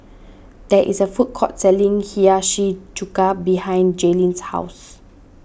there is a food court selling Hiyashi Chuka behind Jaelynn's house